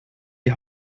die